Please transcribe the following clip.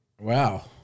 wow